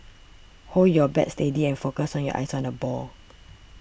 hold your bat steady and focus your eyes on the ball